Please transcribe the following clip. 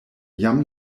jam